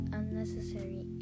unnecessary